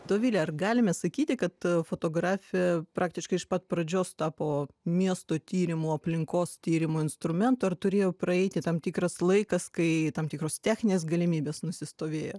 dovile ar galime sakyti kad fotografija praktiškai iš pat pradžios tapo miesto tyrimų aplinkos tyrimų instrumentu ar turėjo praeiti tam tikras laikas kai tam tikros techninės galimybės nusistovėjo